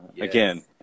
Again